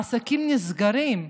העסקים נסגרים.